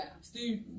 Steve